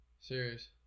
Serious